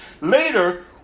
Later